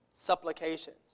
supplications